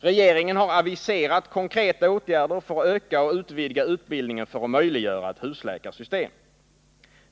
Regeringen har aviserat konkreta åtgärder för att öka och utvidga utbildningen för att möjliggöra ett husläkarsystem.